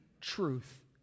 truth